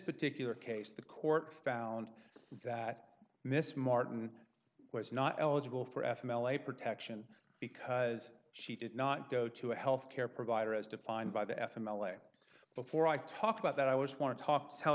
particular case the court found that miss martin was not eligible for f m l a protection because she did not go to a health care provider as defined by the f m l a before i talk about that i was want to talk to tell